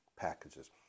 packages